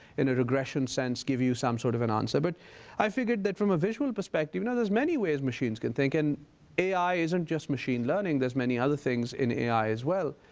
in a regression sense, give you some sort of an answer. but i figured that from a visual perspective and there's many ways machines can think. and ai isn't just machine learning, there's many other things in ai as well,